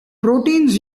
proteins